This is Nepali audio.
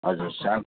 हजुर साहब